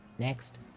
Next